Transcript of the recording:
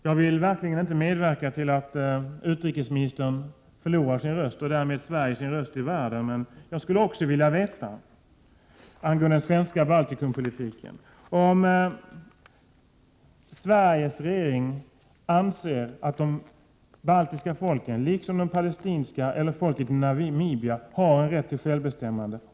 Jag vill verkligen inte medverka till att utrikesministern förlorar sin röst, och därmed Sverige sin röst i världen, men jag skulle också angående den svenska Baltikumpolitiken vilja veta om Sveriges regering anser att de baltiska folken, liksom det palestinska folket eller folket i Namibia, har rätt till självbestämmande.